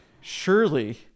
surely